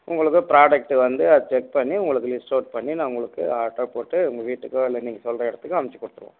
உங்களுக்கு ப்ராடெக்ட் வந்து அது செக் பண்ணி உங்களுக்கு லிஸ்டவுட் பண்ணி நான் உங்களுக்கு ஆட்டோ போட்டு உங்கள் வீட்டுக்கோ இல்லை நீங்கள் சொல்கிற இடத்துக்கோ அமுச்சி கொடுத்துருவோம்